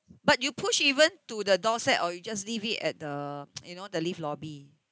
but you push even to the doorstep or you just leave it at the you know the lift lobby